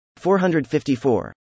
454